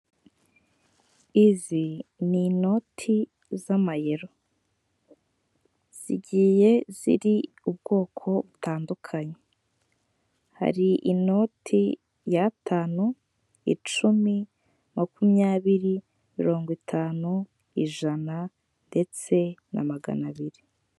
Izi ni inoti z'amayero. Zigiye ziri ubwoko butandukanye, hari inoti y'atanu, icumi, makumyabiri, mirongo itanu, ijana ndetse na magana abiri.